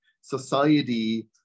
society